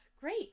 Great